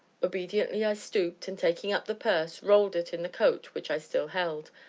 obediently i stooped, and, taking up the purse, rolled it in the coat which i still held,